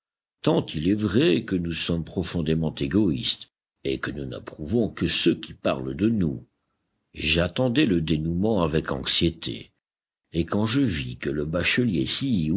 tant il est vrai que nous sommes profondément égoïstes et que nous n'approuvons que ce qui parle de nous j'attendais le dénoûment avec anxiété et quand je vis que le bachelier